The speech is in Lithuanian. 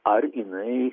ar jinai